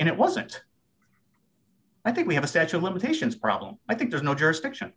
and it wasn't i think we have a statue of limitations problem i think there's no jurisdiction